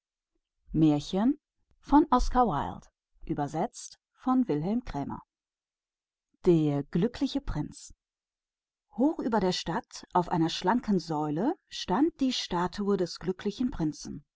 von franz blei der glückliche prinz hoch über der stadt stand auf einer mächtigen säule die statue des glücklichen prinzen